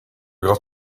got